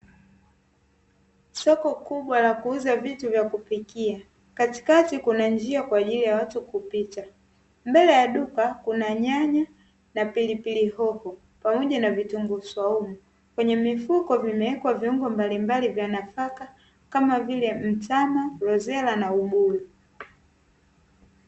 Soko kubwa la kuuza vitu vya kupikia, katikati kuna njia kwa ajili ya watu kupita, mbele ya duka Kuna nyanya na pilipili hoho pamoja na vitunguu swaumu. kwenye mifuko vimewekwa viungo mbalimbali vya nafaka kama vile mtama, rosela na ubuyu.